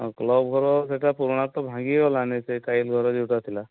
ଆଉ କ୍ଲବ୍ ଘର ସେଇଟା ପୁରୁଣା ତ ଭାଙ୍ଗି ଗଲାଣି ସେ ଟାଇମ୍ରେ ଯେଉଁଟା ଥିଲା